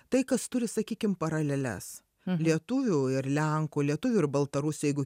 tai kas turi sakykim paraleles lietuvių ir lenkų lietuvių ir baltarusių jeigu